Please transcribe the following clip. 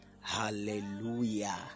Hallelujah